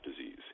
disease